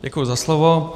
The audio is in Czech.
Děkuji za slovo.